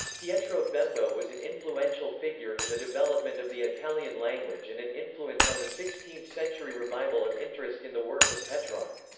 pietro bembo was an influential figure in the development of the italian language and an influence on the sixteenth century revival of interest in the works of petrarch.